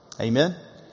Amen